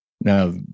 Now